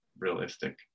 realistic